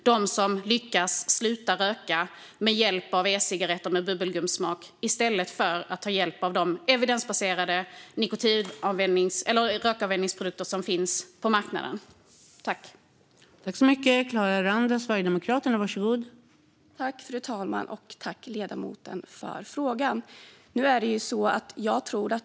De som lyckas sluta röka med hjälp av e-cigaretter med bubbelgumssmak, i stället för att ta hjälp av de evidensbaserade rökavvänjningsprodukter som finns på marknaden, är nämligen otroligt få.